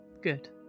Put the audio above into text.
Good